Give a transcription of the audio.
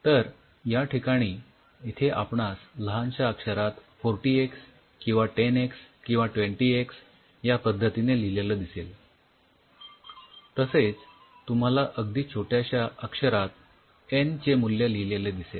तर याठिकाणी इथे आपणास लहानश्या अक्षरात 40x किंवा 10x किंवा 20x या पद्ध्तीने लिहिलेलं दिसेल तसेच तुम्हाला अगदी छोट्याश्या अक्षरात n चे मूल्य लिहिलेले दिसेल